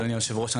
אדוני היושב ראש,